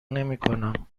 نمیکنم